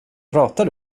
pratar